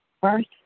First